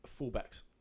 fullbacks